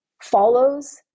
follows